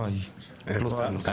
פלוס-מינוס.